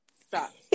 stop